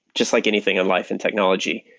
just like anything in life and technology,